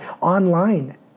online